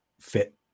fit